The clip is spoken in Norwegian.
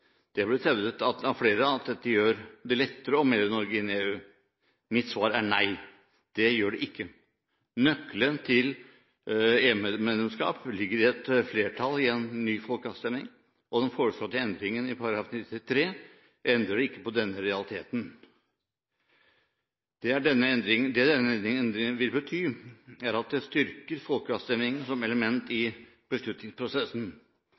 Det har blitt hevdet av flere at dette gjør det lettere å melde Norge inn i EU. Mitt svar er: Nei, det gjør det ikke. Nøkkelen til EU-medlemskap ligger i et flertall i en ny folkeavstemning. Den foreslåtte endringen i § 93 endrer ikke på denne realiteten. Det denne endringen vil bety, er at den styrker folkeavstemningen som element i beslutningsprosessen.